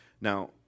Now